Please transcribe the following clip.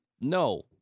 No